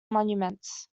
monuments